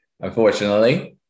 unfortunately